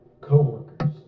co-workers